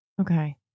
Okay